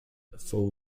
full